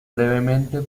brevemente